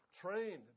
trained